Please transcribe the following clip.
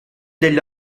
degli